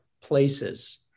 places